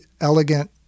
elegant